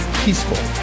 peaceful